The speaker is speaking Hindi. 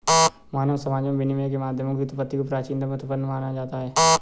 मानव समाजों में विनिमय के माध्यमों की उत्पत्ति को प्राचीनता में उत्पन्न माना जाता है